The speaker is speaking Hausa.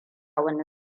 wani